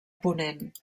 ponent